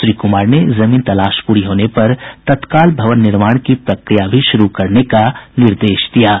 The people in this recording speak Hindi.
श्री कुमार ने जमीन तलाश पूरी होने पर तत्काल भवन निर्माण की प्रक्रिया भी शुरू करने का निर्देश दिया है